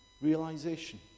realization